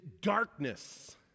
darkness